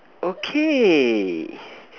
okay